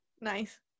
Nice